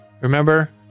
Remember